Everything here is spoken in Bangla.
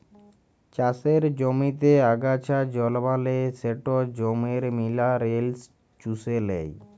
চাষের জমিতে আগাছা জল্মালে সেট জমির মিলারেলস চুষে লেই